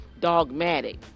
dogmatic